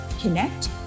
connect